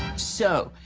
so,